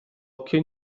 occhio